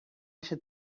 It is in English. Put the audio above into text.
should